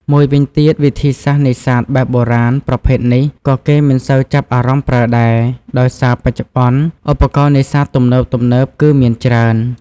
មួយវិញទៀត វិធីសាស្រ្តនេសាទបែបបុរាណប្រភេទនេះ ក៏គេមិនសូវចាប់អារម្មណ៍ប្រើដែរ ដោយសារបច្ចុប្បន្នឧបករណ៍នេសាទទំនើបៗគឺមានច្រើន។